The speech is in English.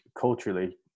culturally